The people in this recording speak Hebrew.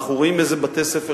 אנחנו רואים איזה בתי-ספר,